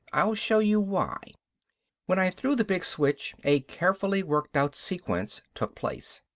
i'll show you why when i threw the big switch a carefully worked out sequence took place.